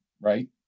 right